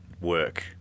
work